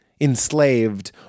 enslaved